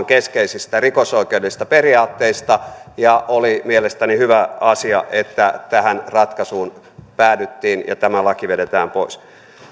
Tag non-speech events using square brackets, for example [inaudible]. [unintelligible] keskeisistä rikosoikeudellisista periaatteista ja oli mielestäni hyvä asia että tähän ratkaisuun päädyttiin ja tämä laki vedetään pois